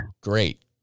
Great